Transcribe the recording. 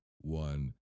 one